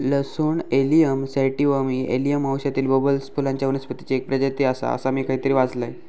लसूण allium sativum ही allium वंशातील बल्बस फुलांच्या वनस्पतीची एक प्रजाती आसा, असा मी खयतरी वाचलंय